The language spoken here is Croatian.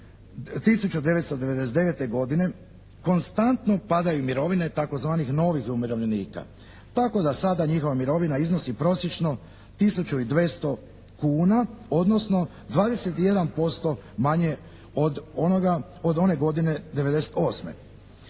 1999. godine konstantno padaju mirovine tzv. novih umirovljenika, tako da sada njihova mirovina iznosi prosječno tisuću i 200 kuna odnosno 21% manje od one godine '98. Dakle,